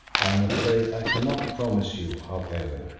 i am afraid i cannot promise you, however,